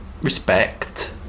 respect